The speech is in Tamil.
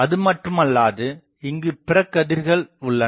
அதுமட்டுமல்லாது இங்குப் பிறகதிர்கள் உள்ளன